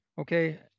Okay